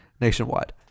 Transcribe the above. nationwide